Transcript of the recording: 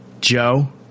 Joe